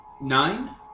Nine